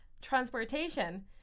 transportation